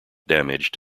damaged